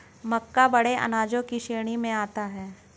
मक्का बड़े अनाजों की श्रेणी में आता है